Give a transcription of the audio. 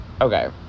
Okay